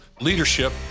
leadership